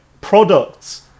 products